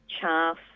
chaff